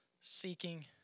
seeking